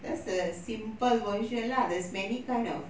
that's the simple version lah there's many kind of